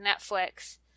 Netflix